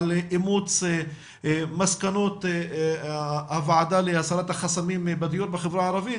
על אימוץ מסקנות הוועדה להסרת החסמים בדיור בחברה הערבית,